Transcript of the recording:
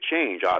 change